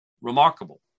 remarkable